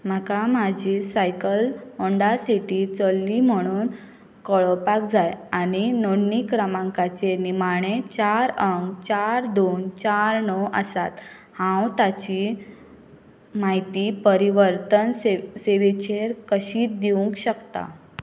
म्हाका म्हाजी cycle Honda City चल्ली म्हणून कळोवपाक जाय आनी नोंदणी क्रमांकाचे निमाणे चार अंक चार दोन चार णव आसात हांव ताची म्हायती परिवर्तन सेव सेवेचेर कशी दिवंक शकता